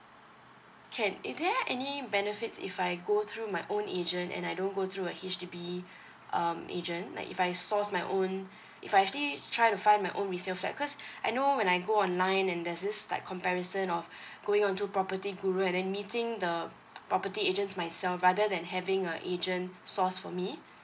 can is there any benefits if I go through my own agent and I don't go through a H_D_B um agent like if I source my own if I actually try to find my own resale flat cause I know when I go online and there's this like comparison of going on to property guru and then meeting the property agent myself rather than having a agent source for me